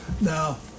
Now